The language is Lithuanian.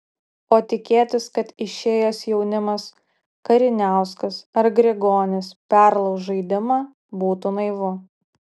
o tikėtis kad išėjęs jaunimas kariniauskas ar grigonis perlauš žaidimą būtų naivu